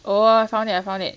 oh I found it I found it